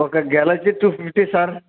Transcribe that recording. ఒక గెల వచ్చి టూ ఫిఫ్టీ సార్